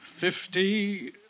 Fifty